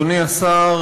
אדוני השר,